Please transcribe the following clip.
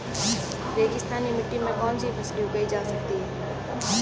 रेगिस्तानी मिट्टी में कौनसी फसलें उगाई जा सकती हैं?